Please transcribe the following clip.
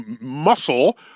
Muscle